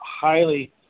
highly